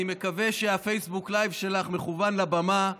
אני מקווה שהפייסבוק לייב שלך מכוון לבמה,